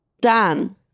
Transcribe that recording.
Dan